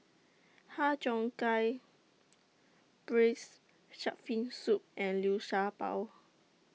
Har Cheong Gai Braised Shark Fin Soup and Liu Sha Bao